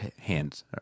hands